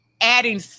adding